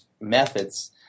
methods